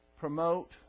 promote